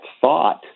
thought